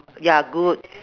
ya good